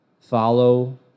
Follow